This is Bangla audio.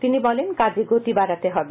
তিনি বলেন কাজে গতি বাড়াতে হবে